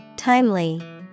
Timely